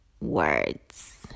words